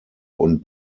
und